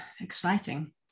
exciting